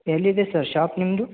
ಎಲ್ಲಿದೆ sir shop ನಿಮ್ಮದು